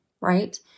right